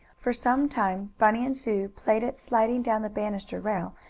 for some time bunny and sue played at sliding down the banister rail,